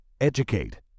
Educate